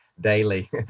daily